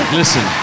listen